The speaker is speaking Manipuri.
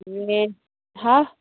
ꯍꯥ